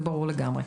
זה ברור לגמרי.